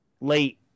Late